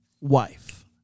wife